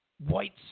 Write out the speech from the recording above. white